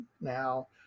Now